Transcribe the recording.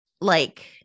like-